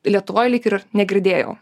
lietuvoj lyg ir negirdėjau